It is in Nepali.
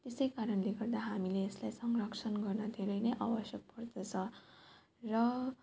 त्यसै कारणले गर्दा हामीले यसलाई संरक्षण गर्न धेरै नै आवश्यक भएको छ र